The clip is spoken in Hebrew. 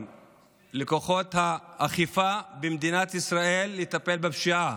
לכוחות האכיפה במדינת ישראל יש ניסיון בטיפול בפשיעה,